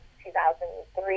2003